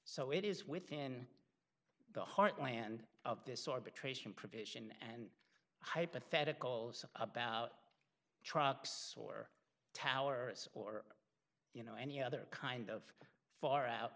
so it is within the heartland of this or betrays hypotheticals about traps or towers or you know any other kind of far out